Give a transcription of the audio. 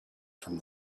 from